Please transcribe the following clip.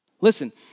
Listen